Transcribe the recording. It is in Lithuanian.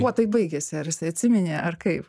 kuo tai baigėsi ar jisai atsiminė ar kaip